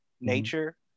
nature